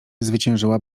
zwyciężyła